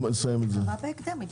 בהקדם.